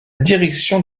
direction